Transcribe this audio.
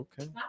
okay